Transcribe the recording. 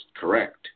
correct